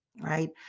right